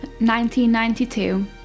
1992